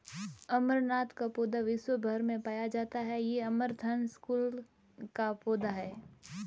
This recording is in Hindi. अमरनाथ का पौधा विश्व् भर में पाया जाता है ये अमरंथस कुल का पौधा है